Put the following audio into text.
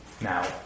Now